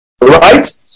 Right